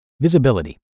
visibility